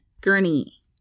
Gurney